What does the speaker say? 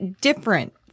different